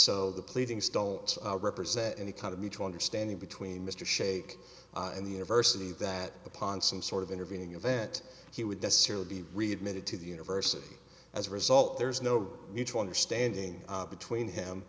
the pleadings don't represent any kind of mutual understanding between mr shake and the university that upon some sort of intervening event he would necessarily be readmitted to the university as a result there's no mutual understanding between him